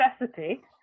necessity